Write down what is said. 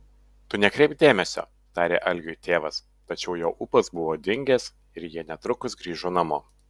tu nekreipk dėmesio tarė algiui tėvas tačiau jo ūpas buvo dingęs ir jie netrukus grįžo namo